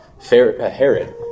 Herod